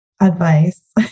advice